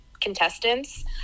contestants